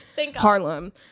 Harlem